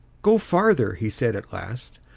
go farther, he said, at last.